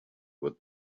what